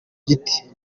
giti